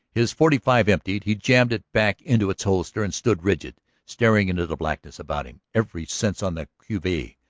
his forty-five emptied, he jammed it back into its holster and stood rigid, staring into the blackness about him, every sense on the qui vive.